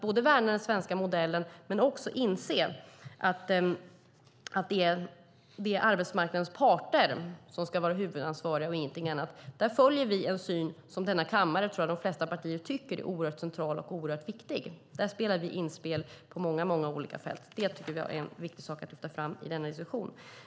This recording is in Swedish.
Vi värnar den svenska modellen där arbetsmarknadens parter är huvudansvariga. Vi delar den syn som de flesta partier i denna kammare tycker är central och viktig. Här gör vi inspel på många olika fält. Det är en viktig sak att lyfta fram i denna institution.